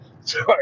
sorry